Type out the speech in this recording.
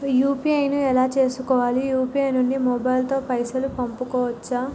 UPI ను ఎలా చేస్కోవాలి యూ.పీ.ఐ నుండి మొబైల్ తో పైసల్ పంపుకోవచ్చా?